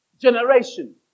generation